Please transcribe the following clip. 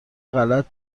غلط